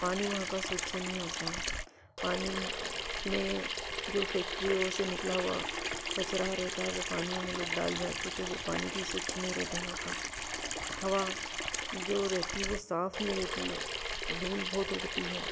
पानी वहाँ का स्वच्छ नहीं होता पानी में जो फैक्ट्रियों से निकला हुआ कचरा रहता है वह पानियों में लोग डाल जाते हैं तो वह पानी भी स्वच्छ नहीं रहता वहाँ का हवा जो रहती है वह साफ नहीं रहती है धूल बहुत उड़ती है